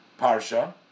parsha